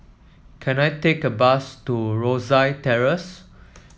can I take a bus to Rosyth Terrace